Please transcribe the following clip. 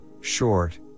short